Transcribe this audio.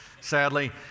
sadly